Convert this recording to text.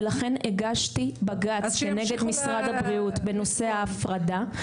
ולכן הגשתי בג"ץ נגד משרד הבריאות --- אז שימשיכו --- בנושא ההפרדה.